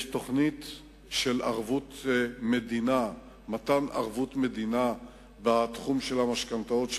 יש תוכנית של מתן ערבות מדינה בתחום של המשכנתאות,